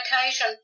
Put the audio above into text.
occasion